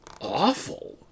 awful